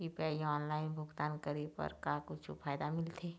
UPI online भुगतान करे बर का कुछू फायदा मिलथे?